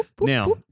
Now